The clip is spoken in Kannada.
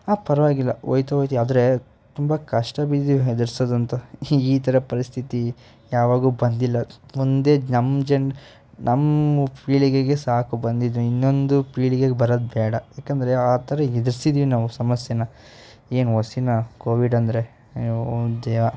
ಹಾಂ ಪರವಾಗಿಲ್ಲ ಹೋಯ್ತ ಹೋಯ್ತ ಆದರೆ ತುಂಬ ಕಷ್ಟ ಬಿದ್ದಿವೆ ಹೆದ್ರಿಸೋದಂತ ಈ ಥರ ಪರಿಸ್ಥಿತಿ ಯಾವಾಗ್ಲೂ ಬಂದಿಲ್ಲ ಮುಂದೆ ನಮ್ಮ ಜನ ನಮ್ಮ ಪೀಳಿಗೆಗೆ ಸಾಕು ಬಂದಿದ್ದು ಇನ್ನೊಂದು ಪೀಳಿಗೆಗೆ ಬರೋದು ಬೇಡ ಯಾಕೆಂದ್ರೆ ಆ ಥರ ಎದ್ರುಸಿದ್ದೀವಿ ನಾವು ಸಮಸ್ಯೆನ ಏನು ಒಸಿನಾ ಕೋವಿಡ್ ಅಂದರೆ ಅಯ್ಯೋ ದೇವ